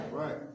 right